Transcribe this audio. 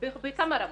בכמה רמות.